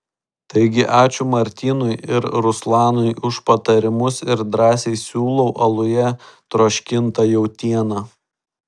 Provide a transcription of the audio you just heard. taigi ačiū martynui ir ruslanui už patarimus ir drąsiai siūlau aluje troškintą jautieną